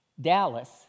Dallas